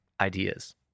ideas